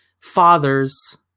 fathers